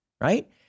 right